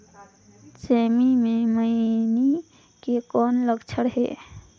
सेमी मे मईनी के कौन लक्षण हे?